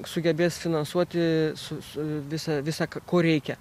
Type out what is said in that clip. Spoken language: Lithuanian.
sugebės finansuoti su su visa visa ko reikia